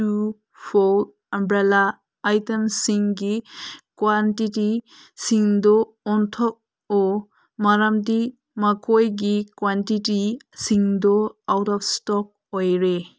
two ꯐꯣꯔ ꯎꯝꯕ꯭ꯔꯦꯜꯂꯥ ꯑꯥꯏꯇꯦꯝꯁꯤꯡꯒꯤ ꯀ꯭ꯋꯥꯟꯇꯤꯇꯤꯁꯤꯡꯗꯨ ꯑꯣꯟꯊꯣꯛꯑꯣ ꯃꯔꯝꯗꯤ ꯃꯈꯣꯏꯒꯤ ꯀ꯭ꯋꯥꯟꯇꯤꯇꯤꯁꯤꯡꯗꯨ ꯑꯥꯎꯠ ꯑꯣꯐ ꯏꯁꯇꯣꯛ ꯑꯣꯏꯔꯦ